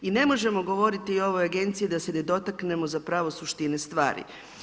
I ne možemo govoriti o ovoj agenciji da se ne dotaknemo zapravo suštine stvari.